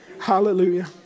Hallelujah